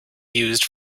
used